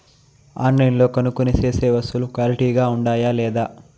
ఆన్లైన్లో కొనుక్కొనే సేసే వస్తువులు క్వాలిటీ గా ఉండాయా లేదా?